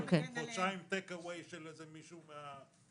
חודשיים take away של איזה מישהו מהמכובדים,